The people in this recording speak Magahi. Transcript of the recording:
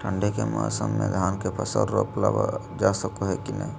ठंडी के मौसम में धान के फसल रोपल जा सको है कि नय?